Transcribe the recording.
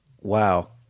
Wow